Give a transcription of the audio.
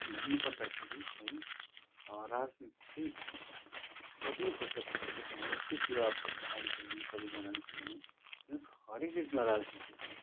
भन्नु पर्दाखेरि है राजनीति चाहिँ गर्नै पर्छ विशेष गरी हाम्रो विशेष युवा भाइ बहिनी सबैजनाले किनभने हेर्नुहोस् हरेक देशमा राजनीति छ